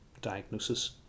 diagnosis